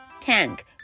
Tank